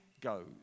goes